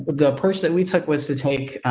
the first, that we took was to take,